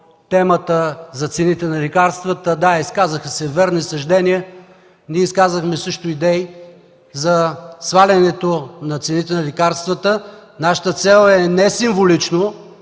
темата за цените на лекарствата. Да, изказаха се верни съждения, ние изказахме също идеи за свалянето на цените на лекарствата. Нашата цел е не символично